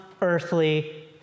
earthly